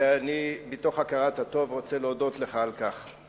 ואני מתוך הכרת הטוב רוצה להודות לך על כך.